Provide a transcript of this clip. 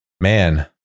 man